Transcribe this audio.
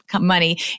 money